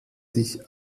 sich